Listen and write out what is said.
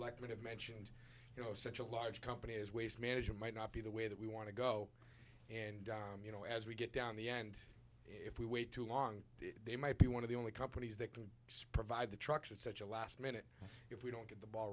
have mentioned you know such a large company as waste management might not be the way that we want to go and you know as we get down the end if we wait too long they might be one of the only companies that could provide the trucks at such a last minute if we don't get the ball